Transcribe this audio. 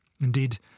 Indeed